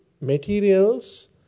materials